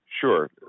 Sure